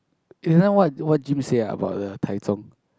eh just now what what Jim say ah about the Tai-chung